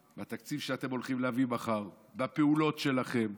בתקציב שאתם הולכים להביא מחר, בפעולות שלכם,